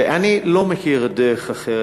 ואני לא מכיר דרך אחרת.